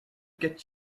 get